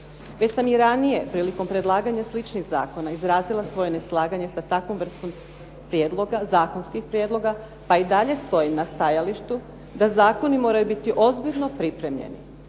Već sam i ranije prilikom predlaganja sličnih zakona izrazila svoje neslaganje sa takvom vrstom zakonskih prijedloga pa i dalje stojim na stajalištu da zakoni moraju biti ozbiljno pripremljeni,